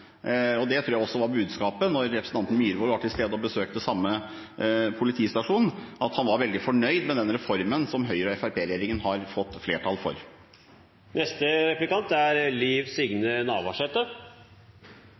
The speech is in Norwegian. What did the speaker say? politireformen. Det tror jeg også var budskapet da representanten Myhrvold var til stede og besøkte samme politistasjon, at politimesteren var veldig fornøyd med den reformen som Høyre–Fremskrittsparti-regjeringen har fått flertall for. Replikkordskiftet er